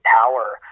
power